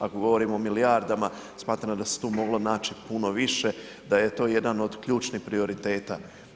Ako govorimo o milijardama, smatram da se tu moglo naći puno više, da je to jedan od ključnih prioriteta.